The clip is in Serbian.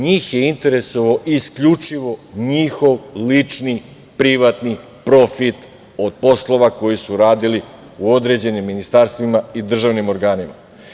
Njih je interesovao isključivo njihov lični, privatni profit od poslova koje su radili u određenim ministarstvima i državnim organima.